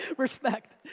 respect.